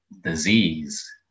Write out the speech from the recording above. disease